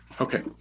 Okay